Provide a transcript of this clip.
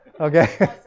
okay